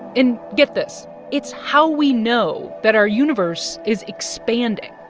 and get this it's how we know that our universe is expanding.